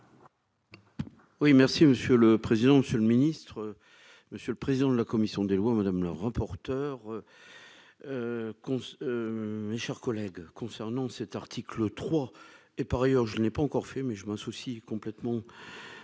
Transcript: Oui merci monsieur le président, monsieur le ministre, monsieur le président de la commission des lois, madame le rapporteur, qu'on se mes chers collègues, concernant cet article 3 et par ailleurs je n'ai pas encore fait, mais je m'en soucie complètement à tous les collègues